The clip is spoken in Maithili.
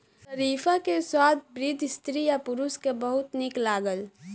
शरीफा के स्वाद वृद्ध स्त्री आ पुरुष के बहुत नीक लागल